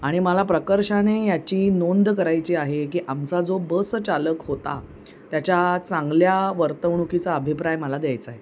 आणि मला प्रकर्षाने याची नोंद करायची आहे की आमचा जो बस चालक होता त्याच्या चांगल्या वर्तवणुकीचा अभिप्राय मला द्यायचाय